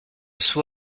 sous